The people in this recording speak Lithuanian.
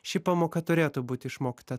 ši pamoka turėtų būt išmokta